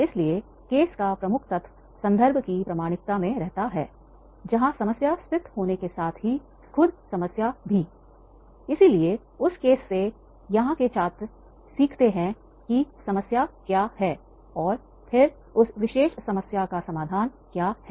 इसलिए केस का प्रमुख तत्व संदर्भ की प्रमाणिकता में रहता है जहां समस्या स्थित होने के साथ ही खुद समस्या भी है इसलिए उस केस से यहां के छात्र सीखते हैं की समस्या क्या है और फिर उस विशेष समस्या का समाधान क्या है